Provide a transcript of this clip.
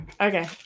Okay